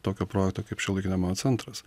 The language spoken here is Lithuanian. tokio projekto kaip šiuolaikinio meno centras